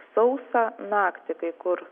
sausa naktį kai kur